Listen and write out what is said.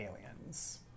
aliens